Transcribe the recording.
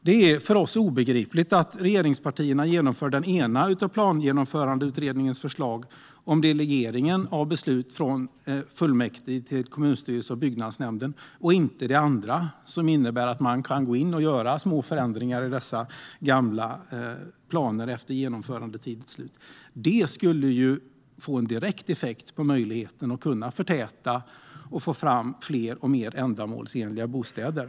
Det är för oss obegripligt att regeringspartierna genomför det ena av Plangenomförandeutredningens förslag, om delegeringen av beslut från fullmäktige till kommunstyrelse och byggnadsnämnd, och inte det andra, som innebär att man kan gå in och göra små förändringar i de gamla planerna efter genomförandetidens slut. Det skulle få en direkt effekt på möjligheten att förtäta och få fram fler och mer ändamålsenliga bostäder.